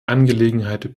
angelegenheit